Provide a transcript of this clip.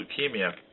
leukemia